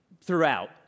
throughout